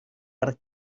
per